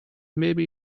maybe